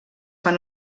fan